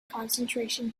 concentration